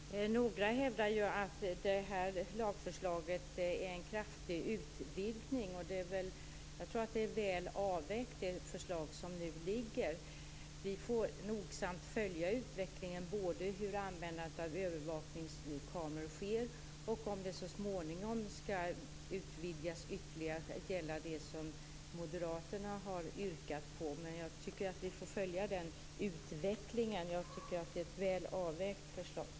Herr talman! Några hävdar ju att det här lagförslaget är en kraftig utvidgning. Jag tror att det förslag som nu ligger är väl avvägt. Vi får nogsamt följa utvecklingen både när det gäller hur användandet av övervakningskameror sker och om det så småningom skall utvidgas ytterligare till att gälla det som Moderaterna har yrkat på. Jag tycker att vi skall följa den utvecklingen. Jag tycker att det är ett väl avvägt förslag.